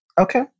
Okay